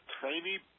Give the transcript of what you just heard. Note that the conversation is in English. tiny